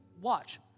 Watch